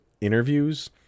interviews